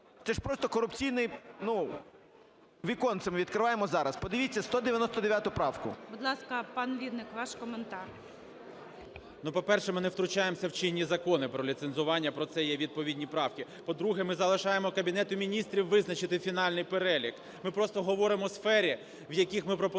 Це ж просто корупційне віконце ми відкриваємо зараз. Подивіться 199 правку. ГОЛОВУЮЧИЙ. Будь ласка, пан Вінник, ваш коментар. 11:56:54 ВІННИК І.Ю. По-перше, ми не втручаємося в чинні закони про ліцензування, про це є відповідні правки. По-друге, ми залишаємо Кабінету Міністрів визначити фінальний перелік. Ми просто говоримо у сфері, в яких ми пропонуємо